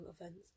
events